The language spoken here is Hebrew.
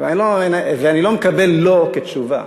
ואני לא מקבל "לא" כתשובה.